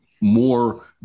more